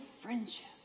friendship